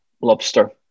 lobster